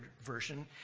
Version